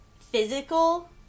physical